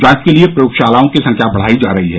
जांच के लिए प्रयोगशालाओं की संख्या बढाई जा रही है